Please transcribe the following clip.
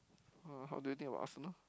ah how do you think about Arsenal